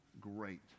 great